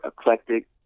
eclectic